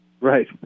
Right